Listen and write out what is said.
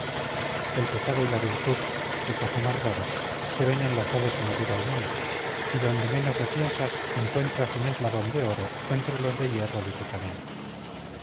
el pecado y la virtud qué cosa más rara se ven enlazados en la vida humana y donde menos lo piensas encuentras un eslabón de oro entre los de hierro de tu cadena